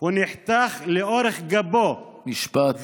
הוא נחתך לאורך גבו, משפט אחרון.